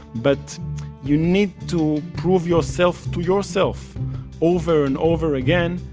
but you need to prove yourself to yourself over and over again,